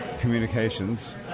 communications